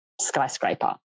skyscraper